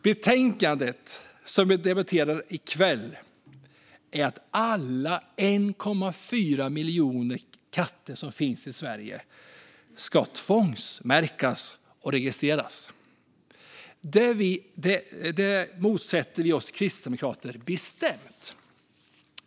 Det förslag vi debatterar i kväll är att alla 1,4 miljoner katter som finns i Sverige ska tvångsmärkas och registreras. Det motsätter vi kristdemokrater oss bestämt.